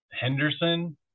Henderson